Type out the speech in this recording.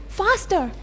faster